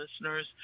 listeners